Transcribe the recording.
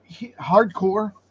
hardcore